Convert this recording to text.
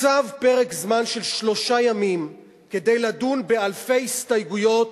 הוקצב פרק זמן של שלושה ימים כדי לדון באלפי הסתייגויות